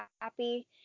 happy